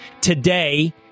Today